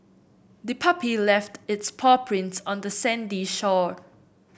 the puppy left its paw prints on the sandy shore